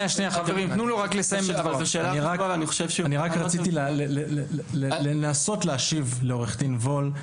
אני רק רציתי לנסות להשיב לעורך דין וול.